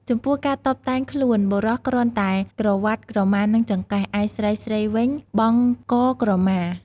ចំពោះការតុបតែងខ្លួន បុរសគ្រាន់តែក្រវាត់ក្រមានឹងចង្កេះ ឯស្រីៗវិញបង់កក្រមា ។